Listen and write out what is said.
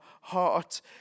heart